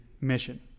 mission